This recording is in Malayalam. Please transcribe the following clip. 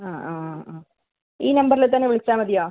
ആ ആ ആ ആ ഈ നമ്പറിൽ തന്നെ വിളിച്ചാൽ മതിയോ